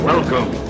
Welcome